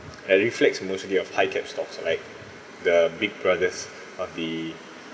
and reflects mostly of high cap stocks like the big brothers of the